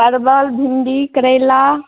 परवल भिंडी करैला